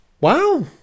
Wow